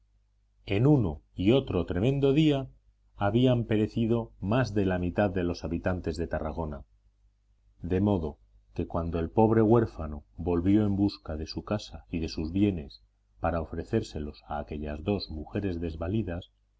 en uno y otro tremendo día habían perecido más de la mitad de los habitantes de tarragona de modo que cuando el pobre huérfano volvió en busca de su casa y de sus bienes para ofrecérselos a aquellas dos mujeres desvalidas